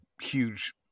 huge